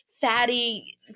fatty